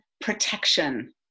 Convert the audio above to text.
protection